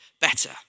better